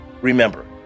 Remember